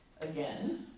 again